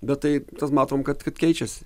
bet tai tas matom kad kad keičiasi